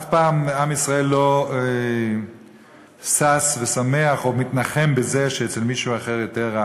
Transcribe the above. אף פעם עם ישראל לא שש ושמח או מתנחם בזה שאצל מישהו אחר יותר רע.